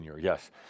yes